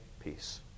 peace